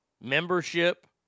membership